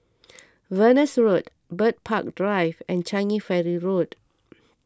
Venus Road Bird Park Drive and Changi Ferry Road